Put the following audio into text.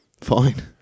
Fine